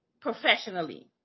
professionally